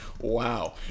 Wow